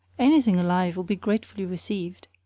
anything alive will be gratefully received.